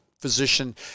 physician